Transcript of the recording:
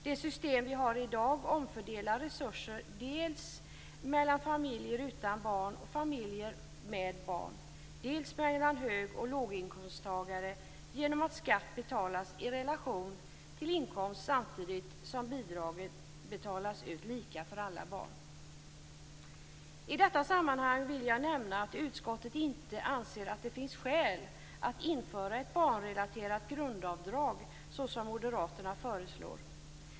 Det system vi har i dag omfördelar resurser dels mellan familjer utan barn och familjer med barn, dels mellan hög och låginkomsttagare genom att skatt betalas i relation till inkomst samtidigt som bidraget betalas ut lika för alla barn. I detta sammanhang vill jag nämna att utskottet inte anser att det finns skäl att införa ett barnrelaterat grundavdrag såsom moderaterna föreslår.